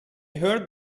heard